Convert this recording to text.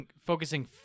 focusing